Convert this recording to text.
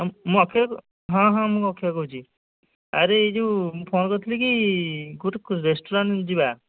ମୁଁ ଅକ୍ଷୟ ହଁ ହଁ ମୁଁ ଅକ୍ଷୟ କହୁଛି ଆରେ ଏ ଯେଉଁ ମୁଁ ଫୋନ୍ କରିଥିଲି କି କେଉଁଠି ରେଷ୍ଟୁରାଣ୍ଟ୍ ଯିବା